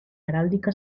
heráldica